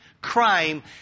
crime